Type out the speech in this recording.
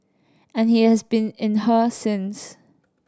and he has been in her since